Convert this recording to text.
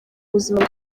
buzima